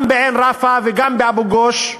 גם בעין-ראפה וגם באבו-גוש,